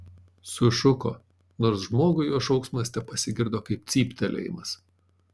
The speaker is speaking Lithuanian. sušuko nors žmogui jo šauksmas tepasigirdo kaip cyptelėjimas